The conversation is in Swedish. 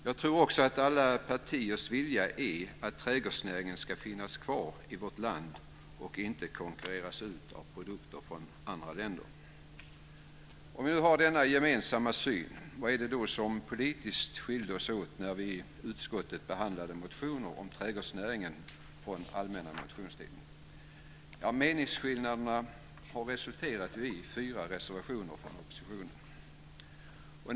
Jag tror också att alla partiers vilja är att trädgårdsnäringen ska finnas kvar i vårt land och inte konkurreras ut av produkter från andra länder. Om vi nu har denna gemensamma syn, vad var det då som politiskt skilde oss åt när vi i utskottet behandlade motioner om trädgårdsnäringen från allmänna motionstiden? Meningsskillnaderna har ju resulterat i fyra reservationer från oppositionen.